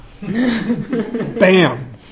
Bam